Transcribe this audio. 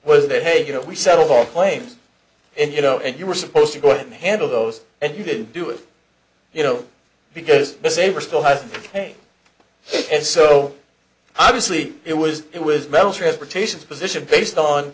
was that hey you know we settled all claims and you know and you were supposed to go and handle those and you didn't do it you know because the saver still has it and so obviously it was it was metal transportations position based on